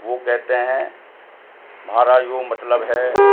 وہ کہتے ہیں مہارا یو مطلب ہے